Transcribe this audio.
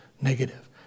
negative